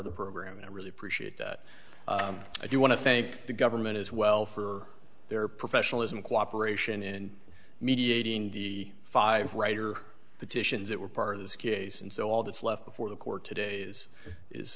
of the program and i really appreciate that you want to thank the government as well for their professionalism cooperation in mediating the five writer petitions that were part of this case and so all that's left before the court today is mis